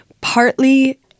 partly